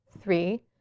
three